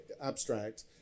abstract